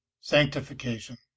sanctification